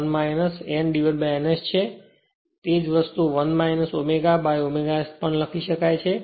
તેથી તે જ વસ્તુ 1 ω by ω S પણ લખી શકાય છે